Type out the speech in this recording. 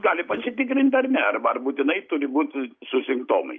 gali pasitikrint ar ne arba ar būtinai turi būt su simptomais